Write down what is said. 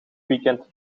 weekend